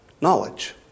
knowledge